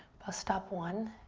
bus stop one.